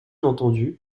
entendu